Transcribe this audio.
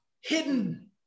hidden